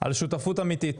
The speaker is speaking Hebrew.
על שותפות אמיתית.